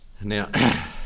Now